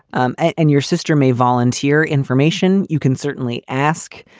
um and your sister may volunteer information. you can certainly ask.